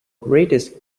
greatest